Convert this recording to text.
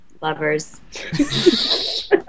lovers